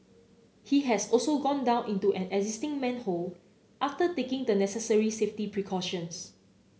he has also gone down into an existing manhole after taking the necessary safety precautions